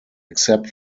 except